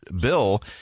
bill